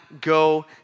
go